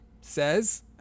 says